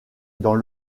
dans